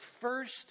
first